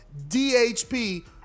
dhp